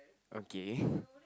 okay